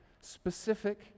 specific